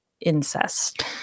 incest